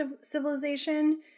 civilization